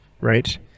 right